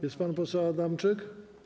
Jest pan poseł Adamczyk?